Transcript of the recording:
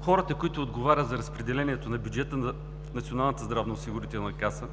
хората, които отговарят за разпределението на бюджета на Националната